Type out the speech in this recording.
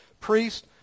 priest